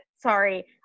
sorry